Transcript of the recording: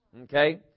Okay